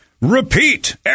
repeat